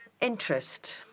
interest